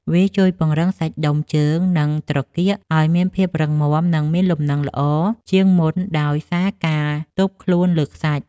វាជួយពង្រឹងសាច់ដុំជើង និងត្រគាកឱ្យមានភាពរឹងមាំ និងមានលំនឹងល្អជាងមុនដោយសារការទប់ខ្លួនលើខ្សាច់។